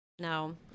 No